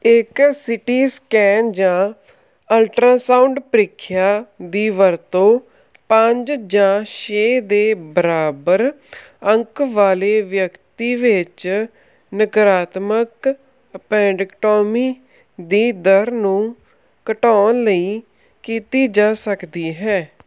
ਇੱਕ C T scan ਜਾਂ ultrasound ਪ੍ਰੀਖਿਆ ਦੀ ਵਰਤੋਂ ਪੰਜ ਜਾਂ ਛੇ ਦੇ ਬਰਾਬਰ ਅੰਕ ਵਾਲੇ ਵਿਅਕਤੀ ਵਿੱਚ ਨਕਾਰਾਤਮਕ ਐਪੈਂਡਕਟੌਮੀ ਦੀ ਦਰ ਨੂੰ ਘਟਾਉਣ ਲਈ ਕੀਤੀ ਜਾ ਸਕਦੀ ਹੈ